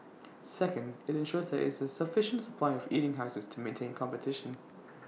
second IT ensures there is A sufficient supply of eating houses to maintain competition